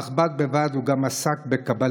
אך בד בבד הוא גם עסק בקבלה,